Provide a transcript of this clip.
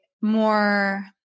more